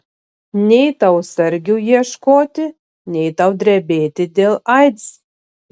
nei tau sargių ieškoti nei tau drebėti dėl aids